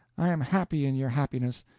i am happy in your happiness.